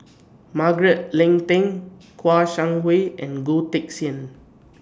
Margaret Leng Tan Kouo Shang Wei and Goh Teck Sian